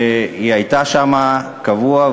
היא הייתה שם קבוע,